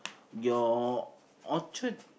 your orchard